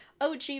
og